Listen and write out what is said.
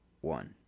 one